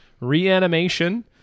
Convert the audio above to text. Reanimation